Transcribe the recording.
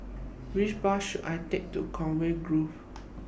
Which Bus should I Take to Conway Grove